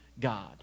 God